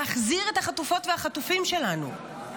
להחזיר את החטופות והחטופים שלנו.